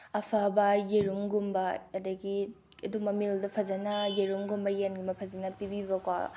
ꯐꯕ ꯌꯦꯔꯨꯝꯒꯨꯝꯕ ꯑꯗꯨꯗꯒꯤ ꯑꯗꯨꯝꯕ ꯃꯤꯜꯗꯨ ꯐꯖꯅ ꯌꯦꯔꯨꯝꯒꯨꯝꯕ ꯌꯦꯟꯒꯨꯝꯕ ꯐꯖꯅ ꯄꯤꯕꯤꯕꯀꯣ